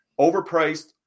Overpriced